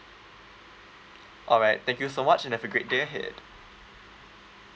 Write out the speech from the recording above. alright thank you so much and have a great day ahead